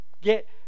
get